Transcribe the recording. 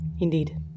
indeed